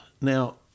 Now